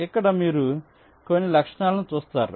ఇక్కడ మీరు కొన్ని లక్షణాలను చూస్తారు